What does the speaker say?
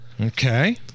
Okay